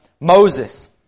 Moses